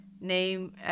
name